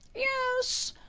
yes,